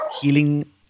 healing